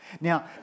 Now